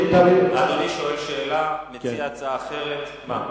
אדוני שואל שאלה, מציע הצעה אחרת, מה?